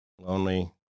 lonely